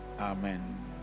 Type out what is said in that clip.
amen